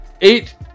eight